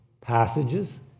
passages